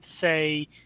say